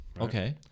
Okay